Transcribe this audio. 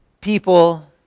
people